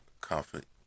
conflict